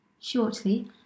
Shortly